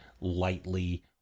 lightly